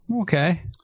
Okay